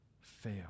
fail